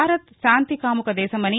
Bharat శాంతికాముకదేశమని